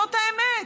זאת האמת,